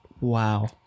Wow